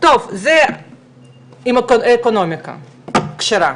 זה אקונומיקה כשרה,